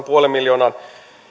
puolen miljoonan